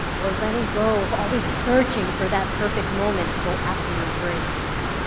or letting go of always searching for that perfect moment to go after your dreams.